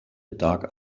dark